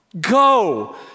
Go